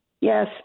Yes